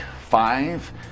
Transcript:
five